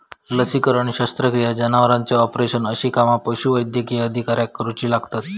लसीकरण, शस्त्रक्रिया, जनावरांचे ऑपरेशन अशी कामा पशुवैद्यकीय अधिकाऱ्याक करुची लागतत